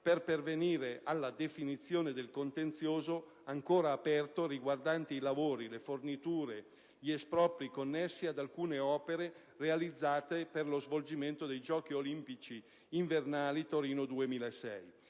per pervenire alla definizione del contenzioso ancora aperto riguardante i lavori, le forniture e gli espropri connessi ad alcune opere realizzate per lo svolgimento dei giochi olimpici invernali «Torino 2006»